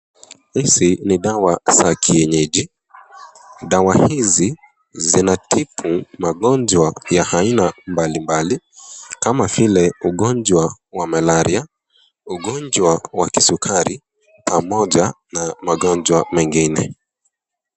Hizi ni dawa za kienyeji. Dawa hizi zinatibu magonjwa ya aina mbali mbali, kama vile ugonjwa wa malaria, ungonja wa kisukari pamoja na magonjwa mengine.